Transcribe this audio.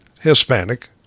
Hispanic